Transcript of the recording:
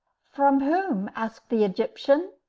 from whom? asked the egyptian.